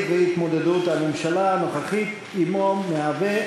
ואי-התמודדות הממשלה הנוכחית עמו מהווה